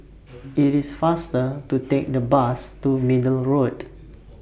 IT IS faster to Take The Bus to Middle Road